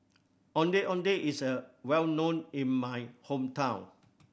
Ondeh Ondeh is a well known in my hometown